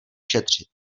šetřit